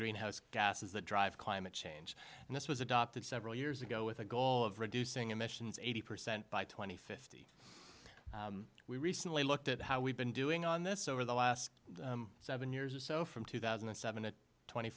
greenhouse gases that drive climate change and this was adopted several years ago with a goal of reducing emissions eighty percent by two thousand and fifty we recently looked at how we've been doing on this over the last seven years or so from two thousand and seven to twenty